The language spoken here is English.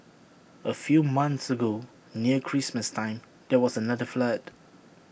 A few months ago near Christmas time there was another flood